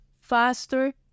faster